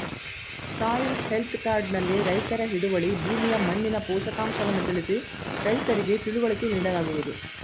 soil health card ನಲ್ಲಿ ರೈತರ ಹಿಡುವಳಿ ಭೂಮಿಯ ಮಣ್ಣಿನ ಪೋಷಕಾಂಶವನ್ನು ತಿಳಿಸಿ ರೈತರಿಗೆ ತಿಳುವಳಿಕೆ ನೀಡಲಾಗುವುದು